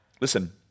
listen